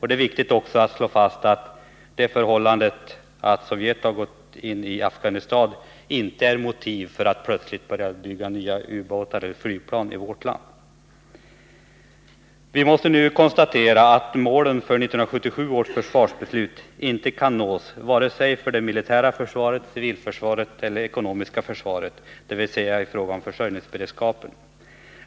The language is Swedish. Det är också viktigt att slå fast att det förhållandet att Sovjet har gått in i Afghanistan inte är motiv för att plötsligt börja bygga nya ubåtar eller flygplan i vårt land. Vi måste nu konstatera att målen för 1977 års försvarsbeslut inte kan nås vare sig för det militära försvaret, för civilförsvaret eller för det ekonomiska försvaret, dvs. i fråga om försörjningsberedskapen.